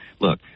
look